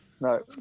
No